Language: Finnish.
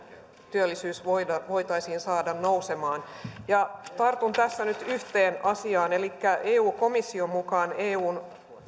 työllisyys voitaisiin voitaisiin saada nousemaan tartun tässä nyt yhteen asiaan elikkä eu komission mukaan eun